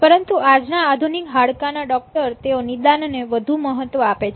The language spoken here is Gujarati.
પરંતુ આજના આધુનિક હાડકાના ડોક્ટર તેઓ નિદાનને વધુ મહત્વ આપે છે